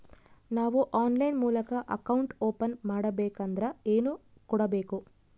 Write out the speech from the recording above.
ನಾವು ಆನ್ಲೈನ್ ಮೂಲಕ account open ಮಾಡಬೇಂಕದ್ರ ಏನು ಕೊಡಬೇಕು?